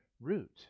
root